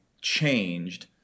changed